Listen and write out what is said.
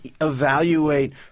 evaluate